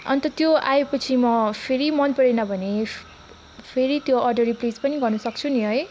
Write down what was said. अन्त त्यो आएपछि म फेरि मनपरेन भने फ फेरि त्यो अर्डर प्लेस पनि गर्नुसक्छु नि है